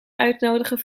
uitnodigen